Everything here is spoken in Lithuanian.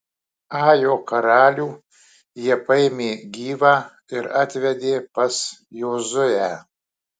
ajo karalių jie paėmė gyvą ir atvedė pas jozuę